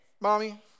Mommy